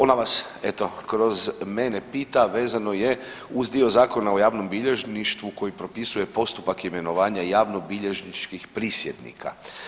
Ona vas eto kroz mene pita vezano je uz dio Zakona o javnom bilježništvu koji propisuje postupak imenovanja javnobilježničkih prisjednika.